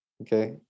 Okay